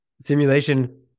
simulation